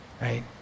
right